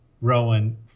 Rowan